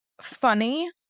funny